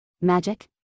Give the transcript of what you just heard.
Magic